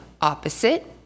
opposite